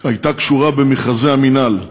הייתה קשורה למכרזי המינהל,